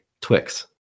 Twix